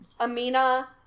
Amina